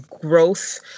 growth